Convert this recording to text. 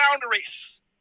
boundaries